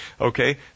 okay